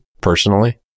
personally